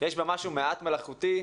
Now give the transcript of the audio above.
יש בה משהו מעט מלאכותי.